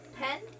Pen